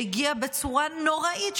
שהגיע בצורה נוראית,